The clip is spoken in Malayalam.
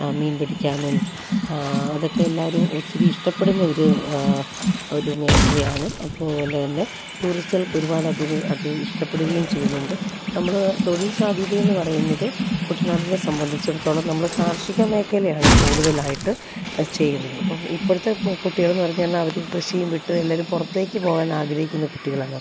മീൻ പിടിക്കാനും അതൊക്കെ എല്ലാവരും ഒത്തിരി ഇഷ്ടപ്പെടുന്ന ഒരു ഒരു മേഖലയാണ് അതുപോലെ തന്നെ ടൂറിസ്റ്റുകൾക്ക് ഒരുപാടതിന് അത് ഇഷ്ടപ്പെടുകയും ചെയ്യുന്നുണ്ട് നമ്മൾ തൊഴിൽ സാധ്യതയെന്ന് പറയുന്നത് കുട്ടനാടിനെ സംബന്ധിച്ചെടുത്തോളം നമ്മൾ കാർഷിക മേഖലയാണ് കൂടുതലായിട്ട് അത് ചെയ്യുന്നത് അപ്പം ഇപ്പോഴത്തെ കുട്ടികളെന്ന് പറഞ്ഞെന്നാൽ അവർ കൃഷിയും വിട്ട് എല്ലാവരും പുറത്തേയ്ക്ക് പോവാനാഗ്രഹിക്കുന്ന കുട്ടികളാണ്